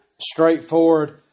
straightforward